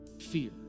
fear